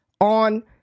on